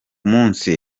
munsi